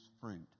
fruit